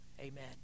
Amen